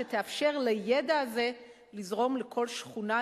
שתאפשר לידע הזה לזרום לכל שכונה,